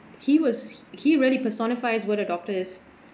he was he really personifies what a doctor is